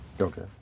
okay